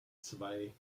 zwei